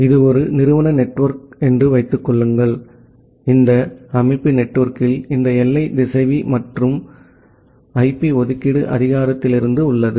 இது ஒரு நிறுவன நெட்வொர்க் என்று வைத்துக் கொள்ளுங்கள் இந்த அமைப்பு நெட்வொர்க்கில் இந்த எல்லை திசைவி மத்திய ஐபி ஒதுக்கீடு அதிகாரத்திலிருந்து உள்ளது